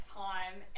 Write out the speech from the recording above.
time